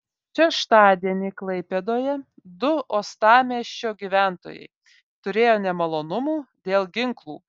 šeštadienį klaipėdoje du uostamiesčio gyventojai turėjo nemalonumų dėl ginklų